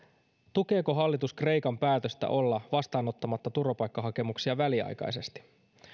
tukeeko hallitus kreikan päätöstä olla vastaanottamatta turvapaikkahakemuksia väliaikaisesti